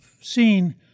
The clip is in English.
seen